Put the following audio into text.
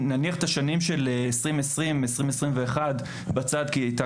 נניח בצד את הנתונים של 2021-2020 כי הייתה